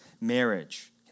marriage